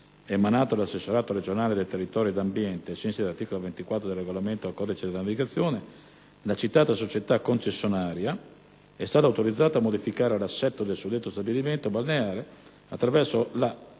emanato dall'assessorato regionale del territorio ed ambiente ai sensi dell'articolo 24 del regolamento al codice della navigazione, la citata società concessionaria è stata autorizzata a modificare l'assetto del suddetto stabilimento balneare attraverso la